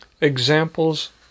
examples